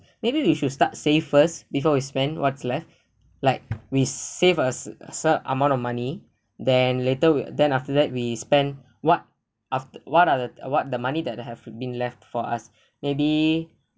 maybe we should start save first before we spend what's left like we save as some amount of money then later we then after that we spend what after what are the what the money that have been left for us maybe